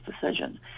decision